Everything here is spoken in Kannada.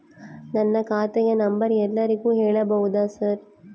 ನನ್ನ ಖಾತೆಯ ನಂಬರ್ ಎಲ್ಲರಿಗೂ ಹೇಳಬಹುದಾ ಸರ್?